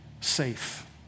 safe